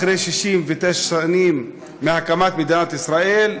אחרי 69 שנים מהקמת מדינת ישראל,